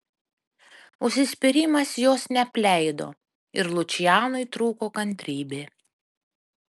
užsispyrimas jos neapleido ir lučianui trūko kantrybė